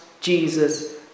Jesus